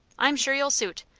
i'm sure you'll suit.